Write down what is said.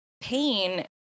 pain